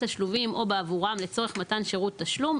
תשלומים או בעבורם לצורך מתן שירותי תשלום,